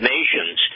Nations